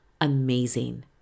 Amazing